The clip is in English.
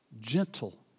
Gentle